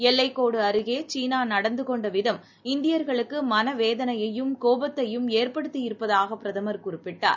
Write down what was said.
எல்லைக் கோடுஅருகேசீனாநடந்துகொண்டவிதம் இந்தியர்களுக்குமனவேதனையும் கோபத்தையும் ஏற்படுத்தியிருப்பதாகபிரதமர் குறிப்பிட்டார்